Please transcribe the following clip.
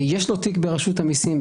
יש לו תיק ברשות המסים,